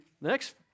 next